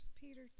Peter